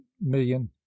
million